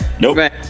Nope